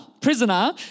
prisoner